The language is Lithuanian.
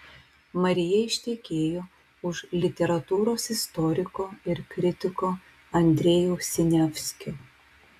marija ištekėjo už literatūros istoriko ir kritiko andrejaus siniavskio